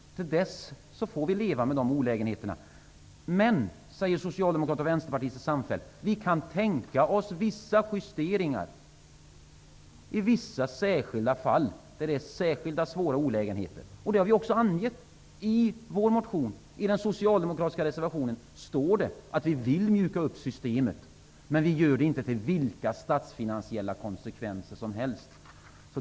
Men till dess vi kan finansiera förändringen får vi leva med olägenheterna, men -- säger Socialdemokraterna och Västerpartiet samfällt -- vi kan tänka oss vissa justeringar i vissa fall där det är särskilt svåra olägenheter. Det har vi också angett i vår motion. I den socialdemokratiska reservationen står det att vi vill mjuka upp systemet, men inte till vilka statsfinansiella konsekvenser som helst.